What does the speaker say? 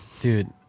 Dude